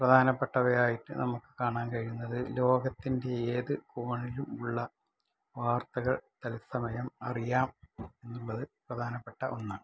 പ്രധാനപ്പെട്ടവയായിട്ട് നമുക്ക് കാണാൻ കഴിയുന്നത് ലോകത്തിന്റെ ഏത് കോണിലും ഉള്ള വാര്ത്തകള് തത്സമയം അറിയാം എന്നുള്ളത് പ്രധാനപ്പെട്ട ഒന്നാണ്